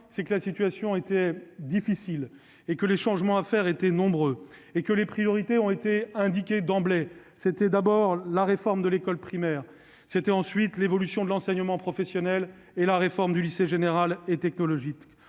certain que la situation était difficile et que les changements à faire étaient nombreux. Les priorités ont été indiquées d'emblée : la réforme de l'école primaire, d'abord, puis l'évolution de l'enseignement professionnel, enfin, la réforme du lycée général et technologique.